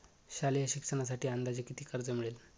शालेय शिक्षणासाठी अंदाजे किती कर्ज मिळेल?